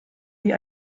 wie